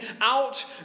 out